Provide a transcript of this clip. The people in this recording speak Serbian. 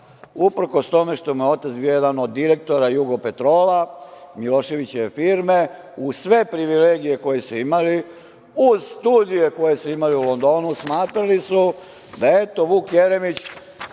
uprkos tome što mu je otac bio jedan od direktora „Jugopetrola“, Miloševićeve firme. Uz sve privilegije koje su imali, uz studije koje su imali u Londonu, smatrali su da, eto, nije